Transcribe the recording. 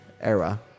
era